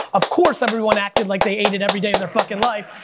of course, everyone acted like they ate and everyday of their fucking life,